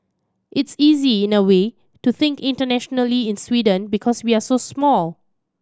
it's easy in a way to think internationally in Sweden because we're so small